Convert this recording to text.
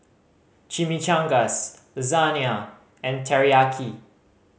Chimichangas Lasagne and Teriyaki